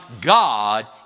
God